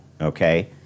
Okay